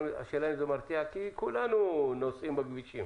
השאלה אם זה מרתיע כי כולנו נוסעים בכבישים.